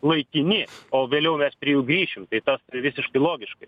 laikini o vėliau mes prie jų grįšim tai tas visiškai logiškai